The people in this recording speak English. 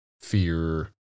fear